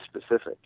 specific